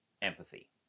Empathy